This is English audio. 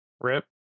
Rip